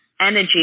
Energy